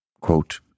Quote